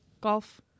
Golf